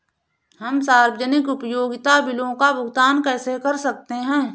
हम सार्वजनिक उपयोगिता बिलों का भुगतान कैसे कर सकते हैं?